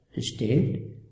state